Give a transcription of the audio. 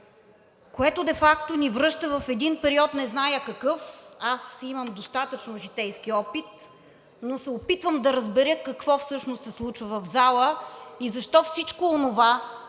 което де факто ни връща в един период – не зная какъв. Аз имам достатъчно житейски опит, но се опитвам да разбера какво всъщност се случва в залата и защо всичко онова,